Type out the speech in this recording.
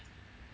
oh